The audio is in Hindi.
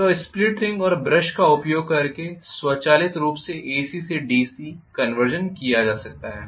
तो स्प्लिट रिंग और ब्रश का उपयोग करके स्वचालित रूप से एसी से डीसी कंवर्सन किया जाता है